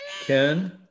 Ken